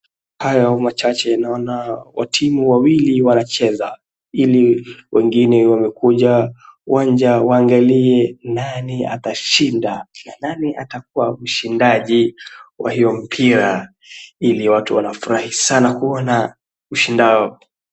Watimu wawili wanacheza na wengine wako uwanjani wakiangalia nani atashinda.